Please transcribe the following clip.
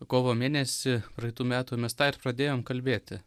kovo mėnesį praeitų metų mes tą ir pradėjom kalbėti